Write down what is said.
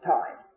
time